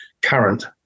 current